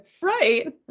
right